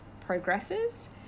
progresses